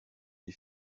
les